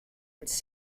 its